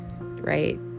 right